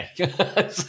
okay